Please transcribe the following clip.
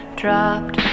dropped